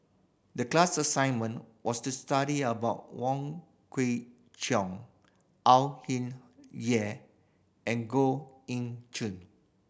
the class assignment was to study about Wong Kwei Cheong Au Hing Yeh and Goh Eng Choo